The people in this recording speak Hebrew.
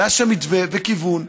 והיה שם מתווה וכיוון.